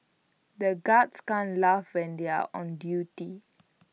the guards can't laugh when they are on duty